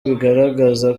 bigaragaza